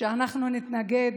שאנחנו נתנגד,